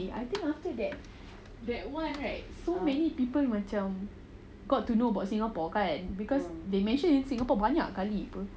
eh I think after that that [one] right so many people macam got to know about singapore kan because they mentioned in singapore banyak kali tu